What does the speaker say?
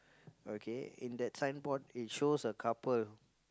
okay in that signboard it shows a couple